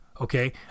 Okay